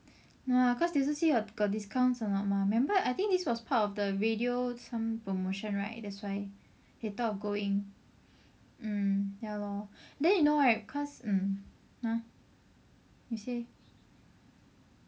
no ah cause they also see got got discounts or not mah remember I think this was part of the radio some promotion right that's why they thought of going mm ya lor then you know right cause mm !huh! you say